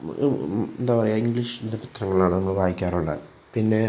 എന്താണ് പറയുക ഇംഗ്ലീഷ് ദിന പത്രങ്ങളാണ് നമ്മൾ വായിക്കാറുള്ളത് പിന്നെ